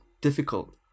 difficult